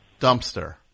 Dumpster